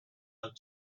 held